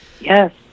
Yes